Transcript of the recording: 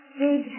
big